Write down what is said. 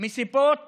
מסיבות